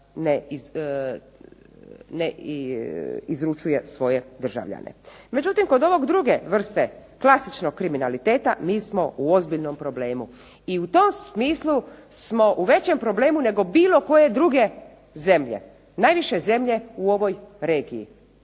ne izručuje svoje državljane. Međutim, kod ove druge vrste klasičnog kriminaliteta mi smo u ozbiljnom problemu i u tom smislu smo u većem problemu nego bilo koje druge zemlje, najviše zemlje u ovoj regiji,